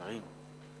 אברהים.